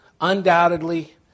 undoubtedly